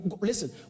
listen